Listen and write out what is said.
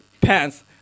pants